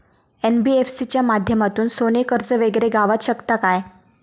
NBFC च्या माध्यमातून सोने कर्ज वगैरे गावात शकता काय?